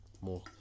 more